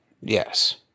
Yes